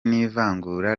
n’ivangura